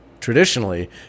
traditionally